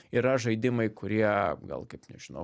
yra žaidimai kurie gal kaip nežinau